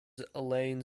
elaine